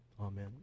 Amen